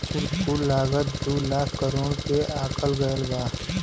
कुल लागत दू लाख करोड़ के आकल गएल बा